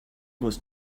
was